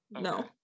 no